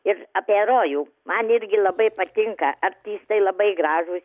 ir apie rojų man irgi labai patinka artistai labai gražūs